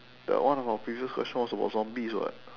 that one of our previous questions was about zombies what